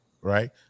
right